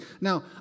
Now